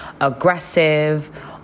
aggressive